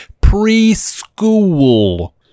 Preschool